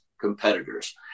competitors